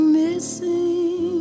missing